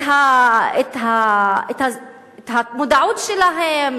את המודעות שלהם,